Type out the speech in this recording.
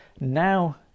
now